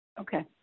Okay